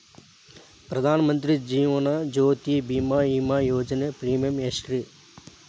ಪ್ರಧಾನ ಮಂತ್ರಿ ಜೇವನ ಜ್ಯೋತಿ ಭೇಮಾ, ವಿಮಾ ಯೋಜನೆ ಪ್ರೇಮಿಯಂ ಎಷ್ಟ್ರಿ?